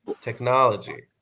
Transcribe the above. technology